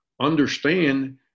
understand